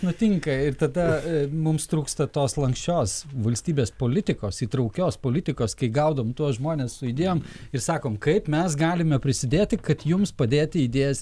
nutinka ir tada mums trūksta tos lanksčios valstybės politikos įtraukios politikos kai gaudom tuos žmones su idėjom ir sakom kaip mes galime prisidėti kad jums padėti idėjas